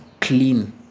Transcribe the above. clean